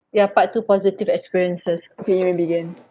ya part two positive experiences okay we may begin